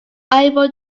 eiffel